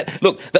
Look